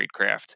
tradecraft